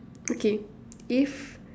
okay if